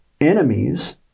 enemies